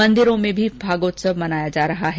मंदिरों में भी फागोत्सव मनाया जा रहा है